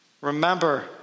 Remember